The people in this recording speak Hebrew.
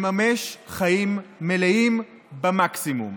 לממש חיים מלאים במקסימום.